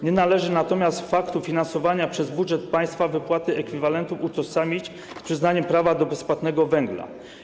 Nie należy natomiast faktu finansowania przez budżet państwa wypłaty ekwiwalentu utożsamić z przyznaniem prawa do bezpłatnego węgla.